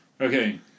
Okay